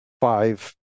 five